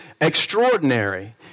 extraordinary